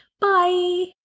Bye